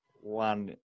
one